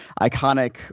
iconic